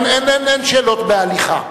אין שאלות בהליכה.